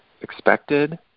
expected